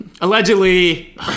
Allegedly